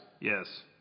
Yes